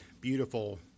beautiful